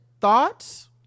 thoughts